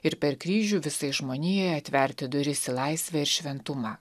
ir per kryžių visai žmonijai atverti duris į laisvę ir šventumą